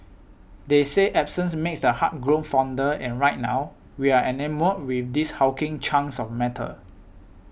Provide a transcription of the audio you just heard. they say absence makes the heart grow fonder and right now we are enamoured with these hulking chunks of metal